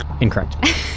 Incorrect